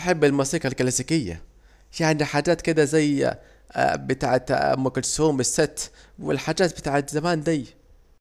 بحب الموسيقى الكلاسيكية، يعني الحاجات بتاعت ام كلسوم الست والحاجات بتاعت زمان ديه